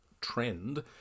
trend